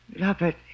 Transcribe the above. Robert